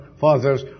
fathers